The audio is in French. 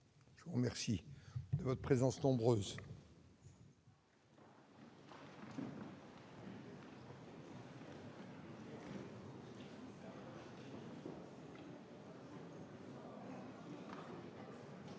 avoir remerciés de votre présence nombreuse,